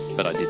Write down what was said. but i didn't.